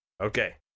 Okay